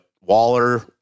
Waller